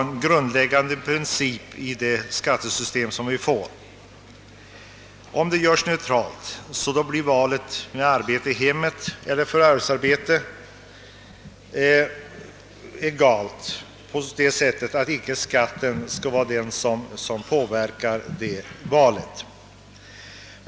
En grundläggande princip i skattesystemet skall vara att skatten är neutral.